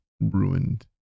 ruined